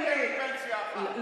בקרן פנסיה אחת, בכולן.